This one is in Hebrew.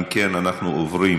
אם כן, אנחנו עוברים